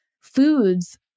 foods